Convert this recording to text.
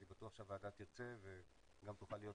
אני בטוח שהוועדה תרצה וגם תוכל להיות